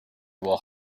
will